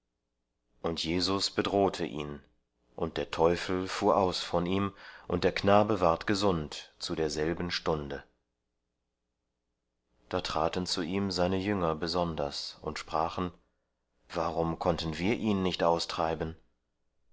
und jesus bedrohte ihn und der teufel fuhr aus von ihm und der knabe ward gesund zu derselben stunde da traten zu ihm seine jünger besonders und sprachen warum konnten wir ihn nicht austreiben